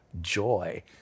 joy